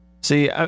See